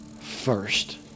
first